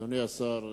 אדוני סגן השר,